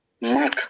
Mark